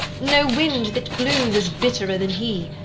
no wind that blew was bitterer than he,